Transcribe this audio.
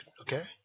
okay